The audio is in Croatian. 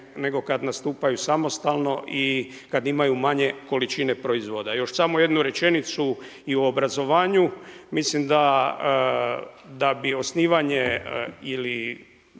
nego kada nastupaju samostalno i kada imaju manje količine proizvoda. Još samo jednu rečenicu i o obrazovanju. Mislim da bi osnivanje ili